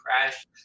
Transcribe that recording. crash